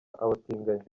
abatinganyi